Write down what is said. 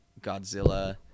Godzilla